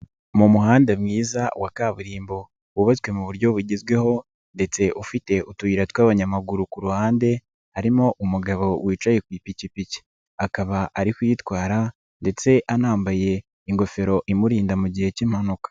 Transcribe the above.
Mu muhanda mwiza wa kaburimbo wubatswe mu buryo bugezweho ndetse ufite utuyira tw'abanyamaguru, ku ruhande harimo umugabo wicaye ku ipikipiki, akaba ari kuyitwara ndetse anambaye ingofero imurinda mu gihe cy'impanuka.